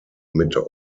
mitte